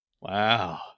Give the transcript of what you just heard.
Wow